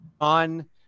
on